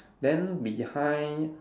then behind